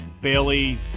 Bailey